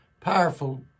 powerful